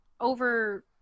over